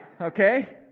Okay